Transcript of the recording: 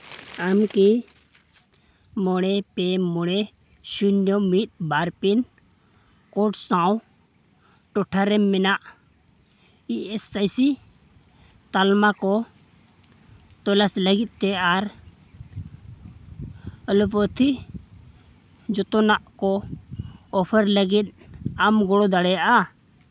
ᱟᱢ ᱠᱤ ᱢᱚᱬᱮ ᱯᱮ ᱢᱚᱬᱮ ᱥᱩᱱᱱᱚ ᱢᱤᱫ ᱵᱟᱨ ᱯᱤᱱ ᱠᱳᱰ ᱥᱟᱶ ᱴᱚᱴᱷᱟᱨᱮ ᱢᱮᱱᱟᱜ ᱤ ᱮᱥ ᱟᱭ ᱥᱤ ᱛᱟᱞᱢᱟ ᱠᱚ ᱛᱚᱞᱟᱥ ᱞᱟᱹᱜᱤᱫ ᱛᱮ ᱟᱨ ᱮᱞᱳᱯᱟᱛᱷᱤ ᱡᱚᱛᱚᱱᱟᱜ ᱠᱚ ᱚᱯᱷᱟᱨ ᱞᱟᱹᱜᱤᱫ ᱟᱢ ᱜᱚᱲᱚ ᱫᱟᱲᱮᱭᱟᱜᱼᱟ